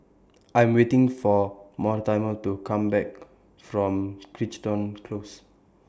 I Am waiting For Mortimer to Come Back from Crichton Close